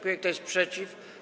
Kto jest przeciw?